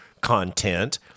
content